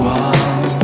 one